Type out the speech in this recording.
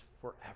forever